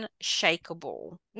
unshakable